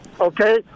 Okay